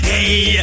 Hey